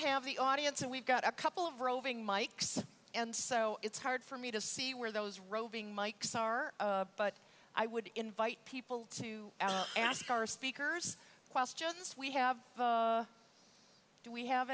have the audience and we've got a couple of roving mikes and so it's hard for me to see where those roving mikes are but i would invite people to ask our speakers questions we have do we have